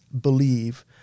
believe